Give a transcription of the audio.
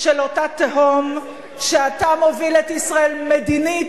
של אותה תהום שאתה מוביל אליה את ישראל מדינית,